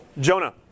Jonah